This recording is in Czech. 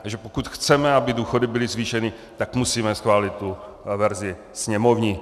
Takže pokud chceme, aby důchody byly zvýšeny, tak musíme schválit verzi sněmovní.